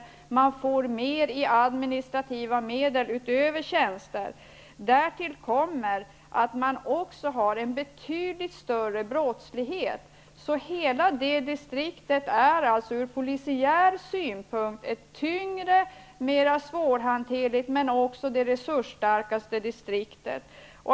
Det anslås mer administrativa medel utöver antalet tjänster. Därtill kommer att där råder en betydligt större brottslighet. Hela det distriktet är ur polisiär synpunkt tyngre, mer svårhanterligt men också det mest resursstarka distriktet.